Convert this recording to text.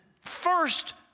first